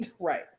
Right